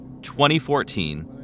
2014